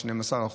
של 12%,